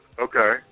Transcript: okay